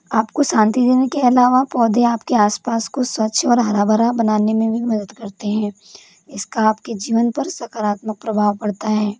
आपको शान्ति देने के अलावा पौधे आपके आस पास कुछ स्वच्छ और हरा भरा बनाने में भी मदद करते हैं इसका आपके जीवन पर सकरात्मक प्रभाव पड़ता है